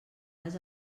les